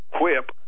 whip